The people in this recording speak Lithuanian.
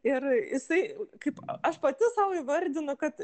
ir jisai kaip aš pati sau įvardinu kad